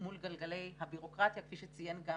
מול גלגלי הבירוקרטיה, כפי שציין גם